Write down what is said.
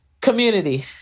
community